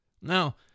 Now